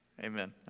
Amen